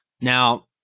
Now